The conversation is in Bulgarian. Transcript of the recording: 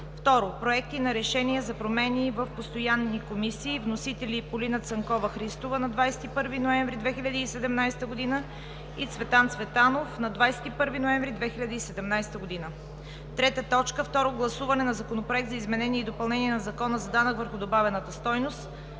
2. Проекти на решения за промени в постоянни комисии. Вносители са Полина Цанкова-Христова на 21 ноември 2017 г. и Цветан Цветанов на 21 ноември 2017 г. 3. Второ гласуване на Законопроект за изменение и допълнение на Закона за данък върху добавената стойност.